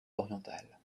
orientales